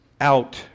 out